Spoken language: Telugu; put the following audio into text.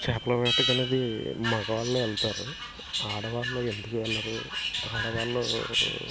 చేపల వేటకి అనేది మగవాళ్ళు వెళ్తారు ఆడవాళ్ళు ఎందుకు వెళ్ళరు ఆడవాళ్ళ